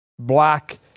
black